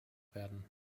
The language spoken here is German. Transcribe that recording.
werden